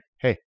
Hey